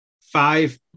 five